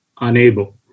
unable